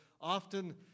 often